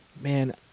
man